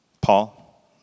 Paul